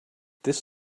this